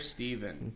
Stephen